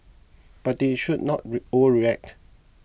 but they should not re overreact